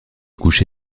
couché